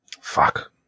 fuck